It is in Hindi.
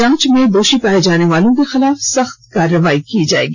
जांच में दोषी पाए जाने वालों के खिलाफ सख्त कार्रवाई की जाएगी